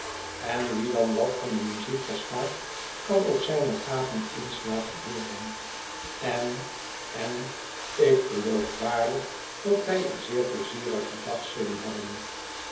en wie dan wat van de muziek verstaat kan ook zijne gaven eens laten hooren en en ik geloof waarlijk dat wij een zeer pleizierigen dag zullen hebben